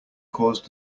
cause